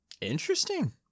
Interesting